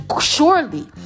surely